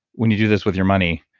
when you do this with your money,